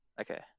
okay